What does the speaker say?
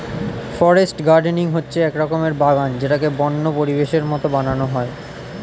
forest gardening হচ্ছে এক রকমের বাগান যেটাকে বন্য পরিবেশের মতো বানানো হয়